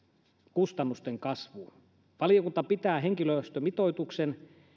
kustannusten kasvuun valiokunta pitää henkilöstömitoituksen